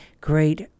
great